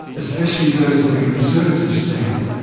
especially those of a conservative stamp,